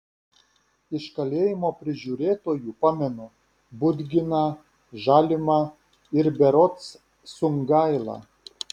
iš kalėjimo prižiūrėtojų pamenu budginą žalimą ir berods sungailą